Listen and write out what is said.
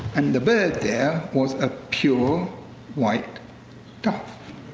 and the bird there was a pure white dove.